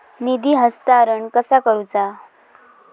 निधी हस्तांतरण कसा करुचा?